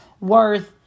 worth